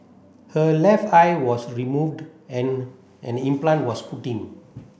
her left eye was removed and an implant was put in